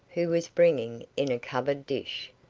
who was bringing in a covered dish.